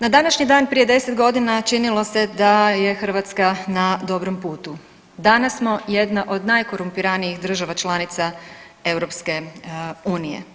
Na današnji dan prije 10.g. činilo se da je Hrvatska na dobrom putu, danas smo jedna od najkorumpiranijih država članica EU.